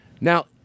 Now